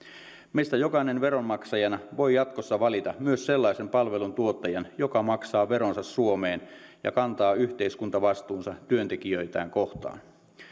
meistä jokainen veronmaksajana voi jatkossa valita myös sellaisen palveluntuottajan joka maksaa veronsa suomeen ja kantaa yhteiskuntavastuunsa työntekijöitään kohtaan